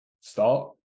start